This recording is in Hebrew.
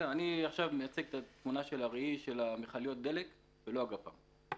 אני עכשיו מייצג את התמונה של מכליות הדלק ולא של הגפ"ם.